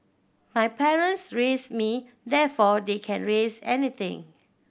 my parents raised me therefore they can raise anything